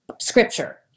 scripture